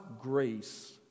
grace